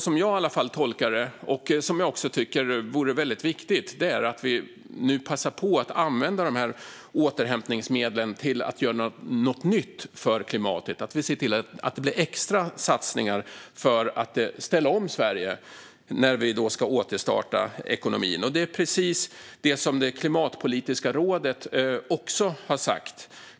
Det tolkar jag som att det är väldigt viktigt att vi nu passar på att använda de här återhämtningsmedlen till att göra någonting nytt för klimatet och ser till att det blir extra satsningar för att ställa om Sverige när vi ska återstarta ekonomin. Det är precis vad även Klimatpolitiska rådet har sagt.